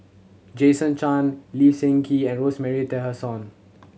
Jason Chan Lee Seng Gee and Rosemary Tessensohn